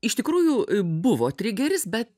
iš tikrųjų buvo trigeris be